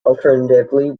alternatively